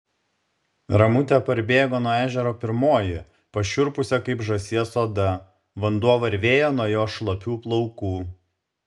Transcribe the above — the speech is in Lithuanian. ramutė parbėgo nuo ežero pirmoji pašiurpusia kaip žąsies oda vanduo varvėjo nuo jos šlapių plaukų